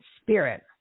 spirit